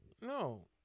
No